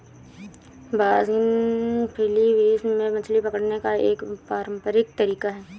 बासनिग Philippines में मछली पकड़ने का एक पारंपरिक तरीका है